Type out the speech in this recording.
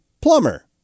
Plumber